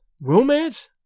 Romance